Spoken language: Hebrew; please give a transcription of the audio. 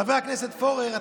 חבר הכנסת פורר,